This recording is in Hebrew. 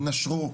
הם נשרו.